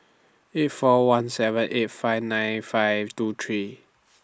eight four one seven eight five nine five two three